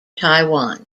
taiwan